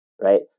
Right